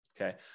okay